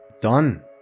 Done